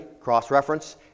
cross-reference